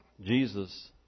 Jesus